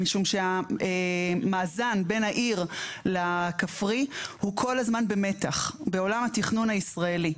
משום שהמאזן בין העיר לכפרי הוא כל הזמן במתח בעולם התכנון הישראלי.